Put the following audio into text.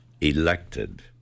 elected